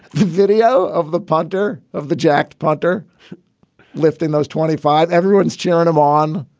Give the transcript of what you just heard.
video of the punter of the jacked punter lifting those twenty five. everyone's cheering him on.